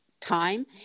time